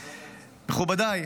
מכובדיי,